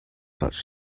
such